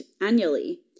annually